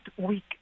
week